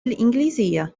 الإنجليزية